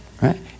right